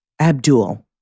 Abdul